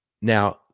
Now